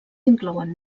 inclouen